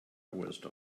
wisdom